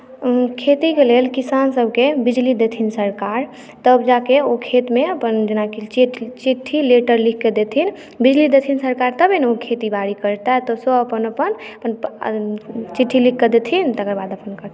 खेतीक लेल किसानसभके बिजली देथिन सरकार तब जाके ओ खेतमे अपन जेनाकि चिठ्ठी लेटर लिखि कऽ देथिन बिजली देथिन सरकार तबे ने ओ खेती बाड़ी करतथि ओसभ अपन अपन चिठ्ठी लिखि कऽ देथिन तकर बाद अपन करथिन